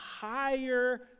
higher